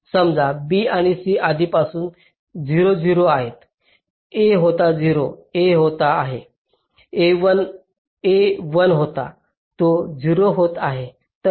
समजा B आणि C आधीपासून 0 आणि 0 आहेत A होता 0 A होत आहे A 1 होता तो 0 होत आहे